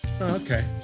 okay